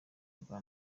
bwa